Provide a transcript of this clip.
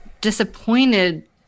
disappointed